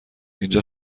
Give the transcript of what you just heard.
اینجا